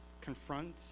confront